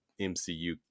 MCU